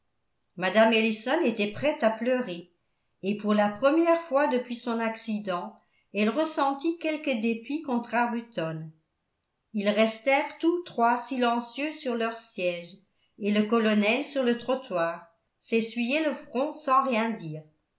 mme ellison était prête à pleurer et pour la première fois depuis son accident elle ressentit quelque dépit contre arbuton ils restèrent tous trois silencieux sur leurs sièges et le colonel sur le trottoir s'essuyait le front sans rien dire